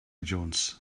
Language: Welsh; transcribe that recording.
jones